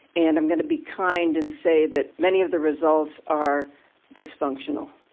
and i'm going to be kind and say that many of the results are dysfunctional.